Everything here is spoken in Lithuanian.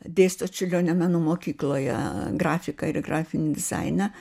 dėsto čiurlionio menų mokykloje grafiką ir grafinį dizainą